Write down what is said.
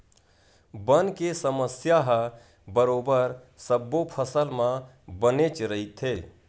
बन के समस्या ह बरोबर सब्बो फसल म बनेच रहिथे